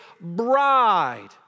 bride